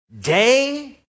day